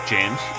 James